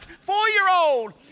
four-year-old